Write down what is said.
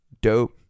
dope